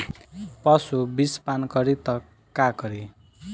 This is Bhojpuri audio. पशु विषपान करी त का करी?